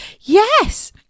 Yes